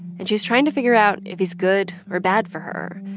and she's trying to figure out if he's good or bad for her,